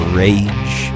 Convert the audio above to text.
rage